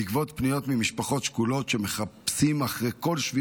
בעקבות פניות של משפחות שכולות שמחפשות אחרי כל שביב